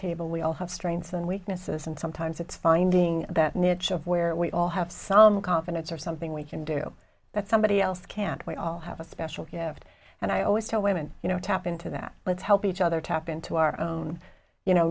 table we all have strengths and weaknesses and sometimes it's finding that niche of where we all have some confidence or something we can do that somebody else can't we all have a special gift and i always tell women you know tap into that let's help each other tap into our own you know